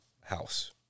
House